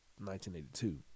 1982